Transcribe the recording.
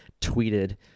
tweeted